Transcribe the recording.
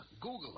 Google